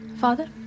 Father